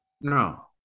No